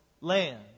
land